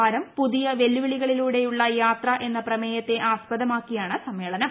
വാരം പുതിയ വെല്ലുവിളികളിലൂടെയുള്ള യാത്ര എന്ന പ്രമേയത്തെ ആസ്പദമാക്കിയാണ് സമ്മേളനം